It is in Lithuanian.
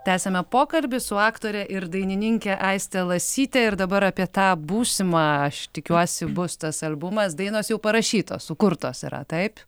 tęsiame pokalbį su aktore ir dainininke aiste lasyte ir dabar apie tą būsimą aš tikiuosi bus tas albumas dainos jau parašytos sukurtos yra taip